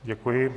Děkuji.